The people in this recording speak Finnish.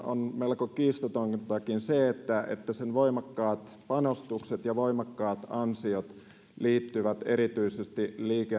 on käsittääkseni melko kiistatontakin on se että että sen voimakkaat panostukset ja voimakkaat ansiot liittyvät erityisesti